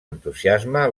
entusiasme